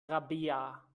rabea